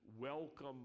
welcome